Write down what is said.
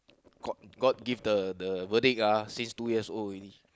god god give the the verdict ah since two years old already